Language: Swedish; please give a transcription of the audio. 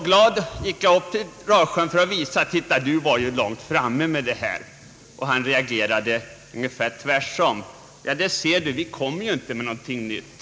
Jag gick glad till Gustaf Andersson i Rasjön och sade: » Titta, du var ju tidigt framme med det här.» Han reagerade ungefär tvärtom: »Där ser du, vi kommer inte med någonting nytt.